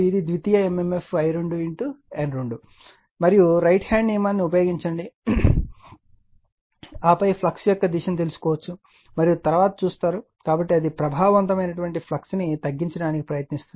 మరియు right hand నియమాన్ని ఉపయోగించండి ఆపై ఫ్లక్స్ యొక్క దిశను తెలుసుకుంటారు మరియు తరువాత చూస్తారు కాబట్టి అది ప్రభావవంతమైన ఫ్లక్స్ను తగ్గించడానికి ప్రయత్నిస్తుంది